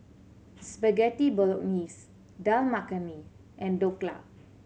Spaghetti Bolognese Dal Makhani and Dhokla